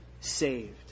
saved